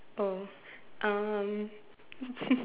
oh um